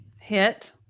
hit